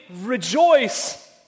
Rejoice